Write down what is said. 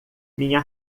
minha